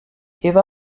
eva